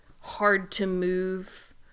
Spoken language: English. hard-to-move